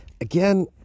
again